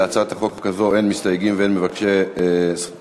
להצעת החוק הזאת אין מסתייגים ואין מבקשי דיבור.